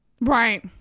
Right